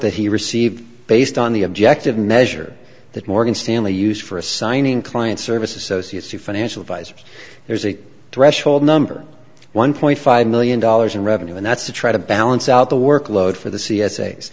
that he received based on the objective measure that morgan stanley used for assigning client service associates to financial advisors there's a threshold number one point five million dollars in revenue and that's to try to balance out the workload for the